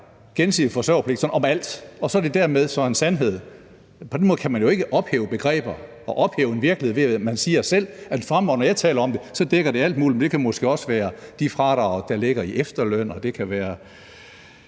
gensidig forsørgerpligt om alt, og så er det dermed en sandhed. På den måde kan man jo ikke ophæve begreber og ophæve en virkelighed, altså ved at sige, at fremover, når man taler om det, dækker det alt muligt, og det kunne f.eks. være de fradrag, der ligger i efterløn, det kunne være